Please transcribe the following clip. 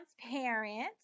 transparent